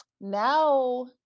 now